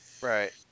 Right